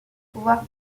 pouvoir